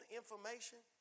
information